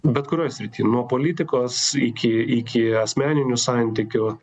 bet kurioj srity nuo politikos iki iki asmeninių santykių